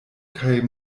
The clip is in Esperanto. kaj